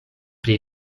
pri